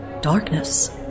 Darkness